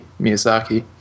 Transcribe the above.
Miyazaki